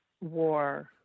war